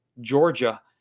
Georgia